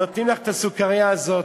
נותנים לך את הסוכרייה הזאת.